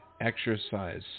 exercise